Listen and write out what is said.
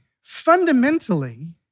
fundamentally